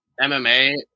MMA